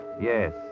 Yes